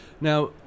Now